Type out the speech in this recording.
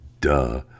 duh